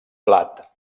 blat